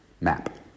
map